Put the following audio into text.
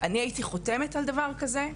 הייתי חותמת על דבר כזה?